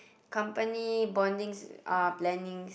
company bondings uh plannings